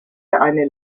eine